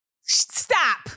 stop